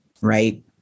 right